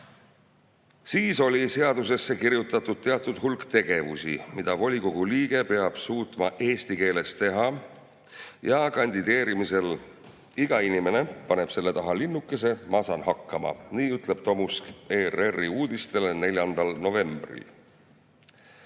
"Siis oli seadusesse kirjutatud teatud hulk tegevusi, mida volikogu liige peab suutma eesti keeles teha. Ja kandideerimisel iga inimene paneb selle taha linnukese: ma saan hakkama." Nii ütles Tomusk ERR-i uudistele 4. novembril. Selle